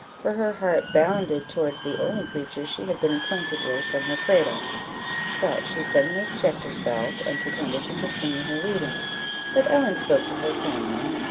for her heart bounded towards the only creature she had been acquainted with from her cradle but she suddenly checked herself, and pretended to continue her reading but ellen spoke to her kindly,